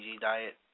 diet